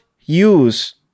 use